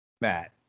Matt